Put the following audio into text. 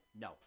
no